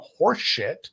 horseshit